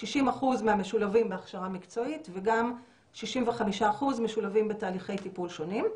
60% מהמשולבים בהכשרה מקצועית וגם 65% משולבים בתהליכי טיפול שונים.